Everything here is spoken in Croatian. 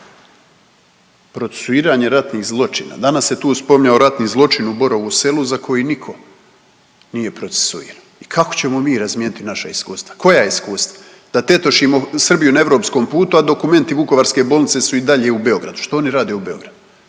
Procesuiranje ratnih zločina, danas se tu spominjao ratni zločin u Borovu Selu za koji niko nije procesuiran i kako ćemo mi razmijeniti naša iskustva? Koja iskustva? Da tetošimo Srbiju na europskom putu, a dokumenti Vukovarske bolnice su i dalje u Beogradu. Što oni rade u Beogradu?